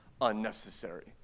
unnecessary